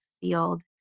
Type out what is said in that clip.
field